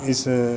इस